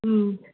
ꯎꯝ